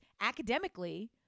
academically